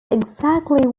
exactly